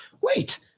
wait